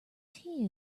tea